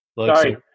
Sorry